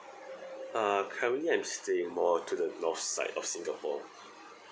uh currently I'm staying more to the north side of singapore